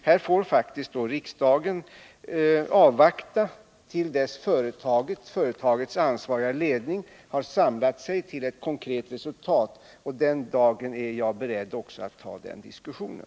Här får riksdagen faktiskt avvakta till dess företagets ansvariga ledning har samlat sig till ett konkret resultat. Den dagen är jag också beredd att ta den diskussionen.